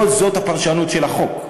לא זו הפרשנות של החוק.